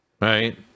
right